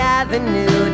avenue